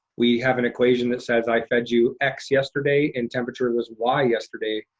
we have an equation that says, i fed you x yesterday, and temperature was y yesterday,